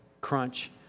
crunch